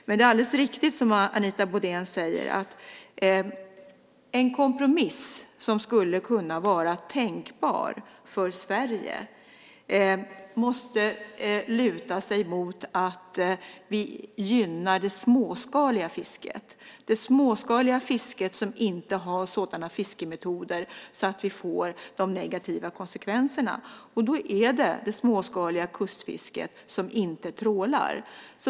Men det är alldeles riktigt som Anita Brodén säger att en kompromiss som skulle kunna vara tänkbar för Sverige måste luta sig mot att vi gynnar det småskaliga fisket som inte har sådana fiskemetoder som innebär att vi får de negativa konsekvenserna. Och då är det det småskaliga kustfisket, som inte trålar.